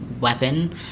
weapon